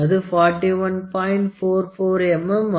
44 mm ஆகும்